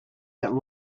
that